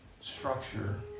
structure